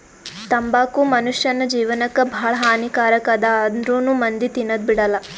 ತಂಬಾಕು ಮುನುಷ್ಯನ್ ಜೇವನಕ್ ಭಾಳ ಹಾನಿ ಕಾರಕ್ ಅದಾ ಆಂದ್ರುನೂ ಮಂದಿ ತಿನದ್ ಬಿಡಲ್ಲ